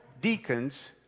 deacons